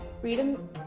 Freedom